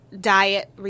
diet